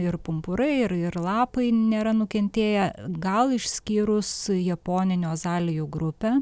ir pumpurai ir ir lapai nėra nukentėję gal išskyrus japoninių azalijų grupę